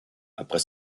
après